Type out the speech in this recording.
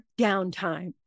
downtime